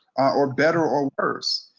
or better or worse.